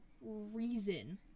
reason